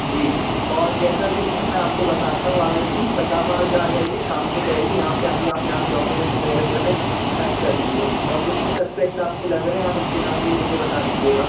जी और जैसा भी होगा मैं आपको बताता हूँ आने की फटापाज आ जाइए शाम के पहले यहाँ पर आ कर आप यहाँ पर डॉक्यूमेंट्स वग़ैरह वग़ैरह में सेंड कर दीजिए और जितने सस्पेक्ट आपको लग रहे हैं आप उनके नाम भी मुझे बता दीजिएगा